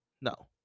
no